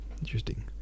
Interesting